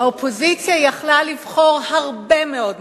האופוזיציה שיכלה לבחור הרבה מאוד נושאים,